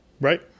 Right